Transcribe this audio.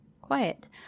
quiet